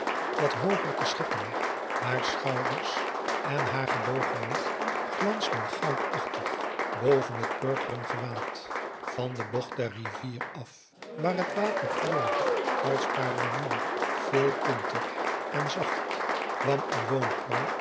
dessa hooger te schikken haar schouders en haar gebogen nek glansden goudachtig boven het purperen gewaad van de bocht der rivier af waar het water gloorde als paarlemoer veeltintig en zacht kwam een